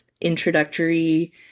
introductory